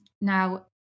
Now